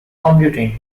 computing